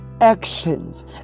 actions